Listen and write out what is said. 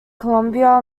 columbia